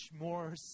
more